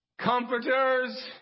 comforters